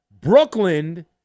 Brooklyn